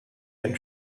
can